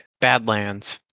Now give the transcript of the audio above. Badlands